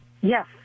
Yes